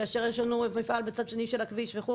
כאשר יש לנו מפעל בצד השני של הכביש וכו'.